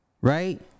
right